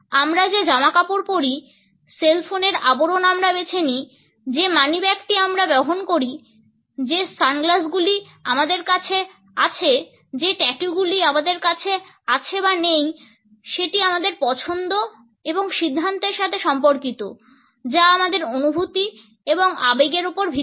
আমরা যে জামাকাপড় পরি সেল ফোনের আবরণ আমরা বেছে নিই যে মানিব্যাগটি আমরা বহন করি যে সানগ্লাসগুলি আমাদের কাছে আছে যে ট্যাটুগুলি আমাদের আছে বা নেই সেটি আমাদের পছন্দ এবং সিদ্ধান্তের সাথে সম্পর্কিত যা আমাদের অনুভূতি এবং আবেগের উপর ভিত্তি করে